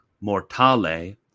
mortale